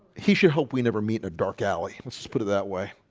he should hope we never meet in a dark alley. let's put it that way.